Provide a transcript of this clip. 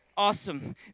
awesome